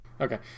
Okay